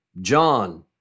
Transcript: John